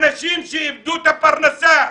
אנשים שאיבדו את הפרנסה,